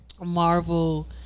Marvel